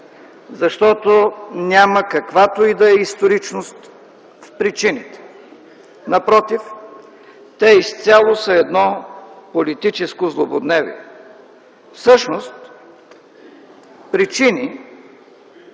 защото няма каквато и да е историчност в причините. Напротив, те изцяло са едно политическо злободневие. Всъщност причини,